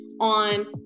on